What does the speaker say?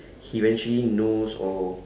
he eventually knows or